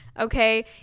okay